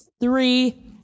Three